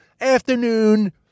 afternoon